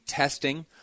Testing